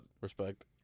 Respect